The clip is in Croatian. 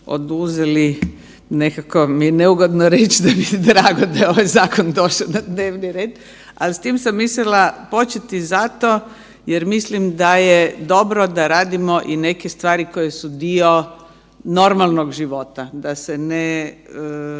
oduzeli nekako mi je neugodno reći da mi je drago da je ovaj zakon došao na dnevni red, ali s tim sam mislila početi zato jer mislim da je dobro da radimo i neke stvari koje su dio normalnog života, da se ne